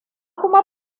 kuma